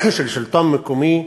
של שלטון מקומי,